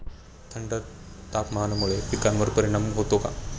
थंड तापमानामुळे पिकांवर परिणाम होतो का?